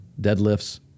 deadlifts